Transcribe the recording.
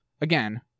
again